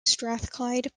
strathclyde